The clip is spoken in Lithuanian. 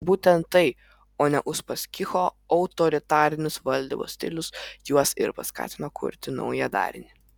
būtent tai o ne uspaskicho autoritarinis valdymo stilius juos ir paskatino kurti naują darinį